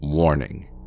Warning